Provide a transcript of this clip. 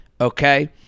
okay